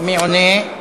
מי עונה?